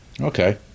Okay